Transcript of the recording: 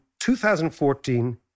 2014